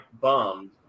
bummed